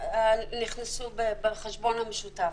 כי הכספים נכנסו לחשבון המשותף,